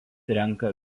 renka